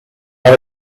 not